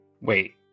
Wait